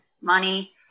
money